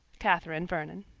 catherine vernon.